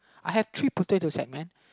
I have three potato sack man